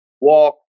walk